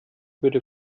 würde